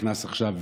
שנכנס עכשיו,